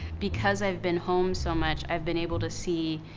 because i've been home so much, i've been able to see,